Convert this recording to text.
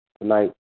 Tonight